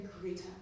greater